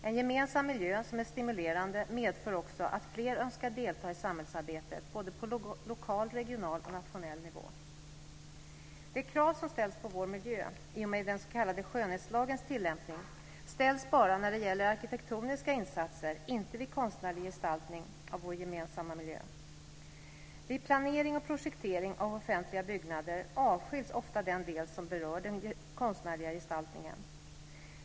En gemensam miljö som är stimulerande medför också att fler önskar delta i samhällsarbetet både på lokal, regional och nationell nivå. De krav som ställs på vår miljö i och med den s.k. skönhetslagens tillämpning ställs bara när det gäller arkitektoniska insatser, inte vid konstnärlig gestaltning av vår gemensamma miljö. Vid planering och projektering av offentliga byggnader avskiljs ofta den del som berör den konstnärliga gestaltningen.